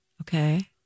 Okay